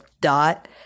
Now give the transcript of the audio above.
dot